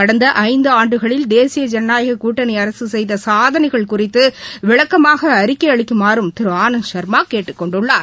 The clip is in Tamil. கடந்த ஐந்தாண்டுகளில் தேசிப ஜனநாயக கூட்டணி அரசு செய்த சாதனைகள் குறித்து விளக்கமாக அறிக்கை அளிக்குமாறும் திரு ஆனந்த் சர்மா கேட்டுக் கொண்டுள்ளார்